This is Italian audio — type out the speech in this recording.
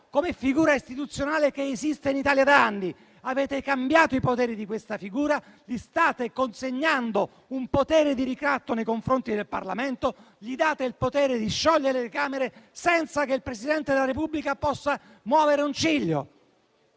come figura istituzionale che esiste in Italia da anni. Avete cambiato i poteri di questa figura, gli state consegnando un potere di ricatto nei confronti del Parlamento e gli date il potere di sciogliere le Camere senza che il Presidente della Repubblica possa muovere un ciglio.